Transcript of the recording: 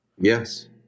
Yes